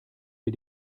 wir